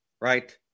right